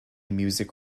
music